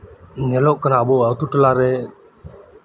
ᱧᱮᱞᱚᱜ ᱠᱟᱱᱟ ᱟᱹᱛᱩ ᱴᱚᱞᱟᱨᱮ